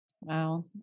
Wow